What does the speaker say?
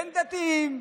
בין דתיים,